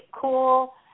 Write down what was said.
cool